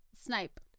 Snipe